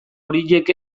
horiek